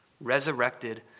resurrected